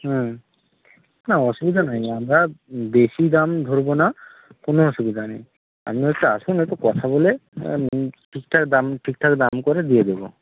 হুম না অসুবিধা নেই আমরা বেশি দাম ধরবো না কোনো অসুবিধা নেই আপনি হচ্ছে আসুন একটু কথা বলে ঠিক ঠাক দাম ঠিক ঠাক দাম করে দিয়ে দেবো